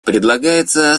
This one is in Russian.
предлагается